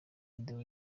video